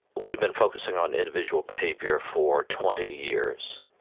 we've been focusing on individual behaviour for twenty years.